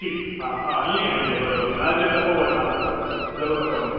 ठीकु आहे हा ईअं ई हुजे बराबरि न अचे त पोइ वठां न त ज़रूरत कोन्हे